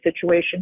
situation